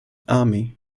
army